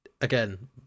again